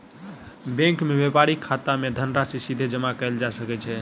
bank मे व्यक्तिक खाता मे धनराशि सीधे जमा कयल जा सकै छै